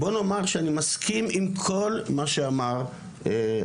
בוא נאמר שאני מסכים עם כל מה שאמר המנכ"ל.